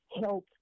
health